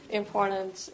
important